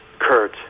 Kurt